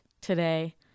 today